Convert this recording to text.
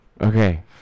Okay